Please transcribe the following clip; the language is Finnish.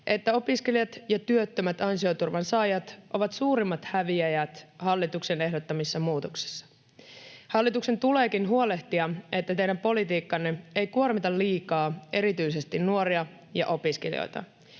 että opiskelijat ja työttömät ansioturvan saajat ovat suurimmat häviäjät hallituksen ehdottamissa muutoksissa. Hallituksen tuleekin huolehtia, että teidän politiikkanne ei kuormita liikaa erityisesti nuoria ja opiskelijoita.